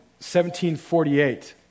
1748